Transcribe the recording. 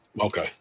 Okay